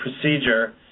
procedure